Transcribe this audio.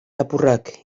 lapurrak